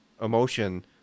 emotion